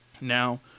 Now